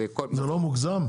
זה לא מוגזם?